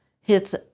hits